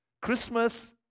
Christmas